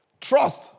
Trust